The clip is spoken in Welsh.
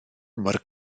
mor